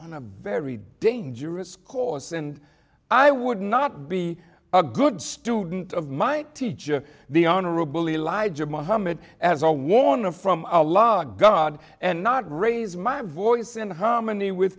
on a very dangerous course and i would not be a good student of my teacher the honorable elijah mohammed as a warning from a lagat and not raise my voice in harmony with